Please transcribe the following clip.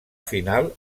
final